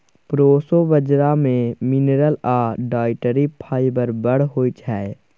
proso बजरा मे mineral आ डाइटरी फाइबर बड़ होइ छै